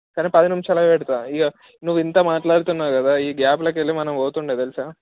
సరే పది నిమిషాల్లో పెడతా ఇక నువ్వు ఇంత మాట్లాడుతున్నావు కదా ఈ గ్యాప్లోకెళ్ళి మనం పోతుండే తెలుసా